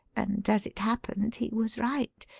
and, as it happened, he was right.